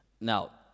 Now